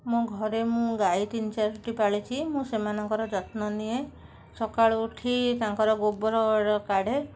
ମୋ ଘରେ ମୁଁ ଗାଈ ତିନି ଚାରିଟି ପାଳିଛି ମୁଁ ସେମାନଙ୍କର ଯତ୍ନ ନିଏ ସକାଳୁ ଉଠି ତାଙ୍କର ଗୋବର କାଢ଼େ